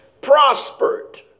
prospered